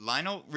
Lionel